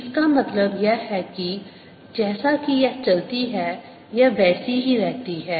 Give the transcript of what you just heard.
इसका मतलब यह है कि जैसा कि यह चलती है यह वैसी ही रहती है